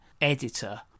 editor